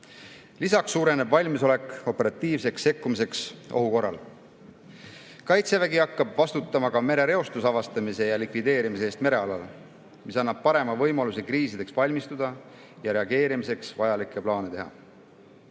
Lisaks suureneb valmisolek operatiivseks sekkumiseks ohu korral. Kaitsevägi hakkab vastutama ka merereostuse avastamise ja likvideerimise eest merealal. See annab parema võimaluse kriisideks valmistuda ja reageerimiseks vajalikke plaane